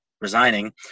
Resigning